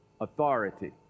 authority